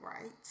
right